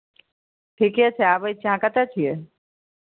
ठीके छै आबै छी अहाँ कतय छियै